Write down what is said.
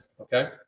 Okay